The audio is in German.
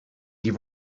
die